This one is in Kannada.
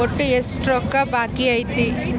ಒಟ್ಟು ಎಷ್ಟು ರೊಕ್ಕ ಬಾಕಿ ಐತಿ?